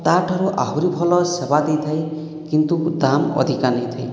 ତାଠାରୁ ଆହୁରି ଭଲ ସେବା ଦେଇଥାଏ କିନ୍ତୁ ଦାମ୍ ଅଧିକା ନେଇଥାଏ